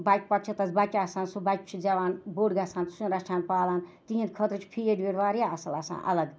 بَچہِ پَتہٕ چھِ تَس بَچہِ آسان سُہ بَچہِ چھِ زٮ۪وان بوٚڑ گژھان سُہ چھِ رَچھان پالان تِہِنٛدۍ خٲطرٕ چھُ فیٖڈ ویٖڈ واریاہ اَصٕل آسان الگ